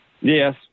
Yes